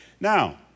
Now